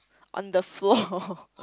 on the floor